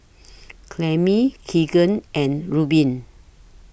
Clemie Keegan and Rubin